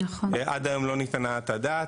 עד היום לא ניתנה הדעת,